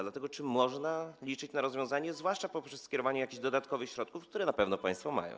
Dlatego czy można liczyć na rozwiązanie, zwłaszcza poprzez skierowanie jakichś dodatkowych środków, które na pewno państwo mają?